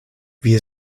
wir